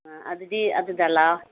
ꯑꯥ ꯑꯗꯨꯗꯤ ꯑꯗꯨꯗ ꯂꯥꯛꯑꯣ